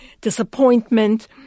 disappointment